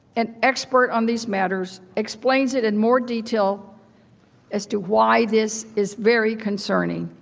an expert on these matters, explains it in more detail as to why this is very concerning.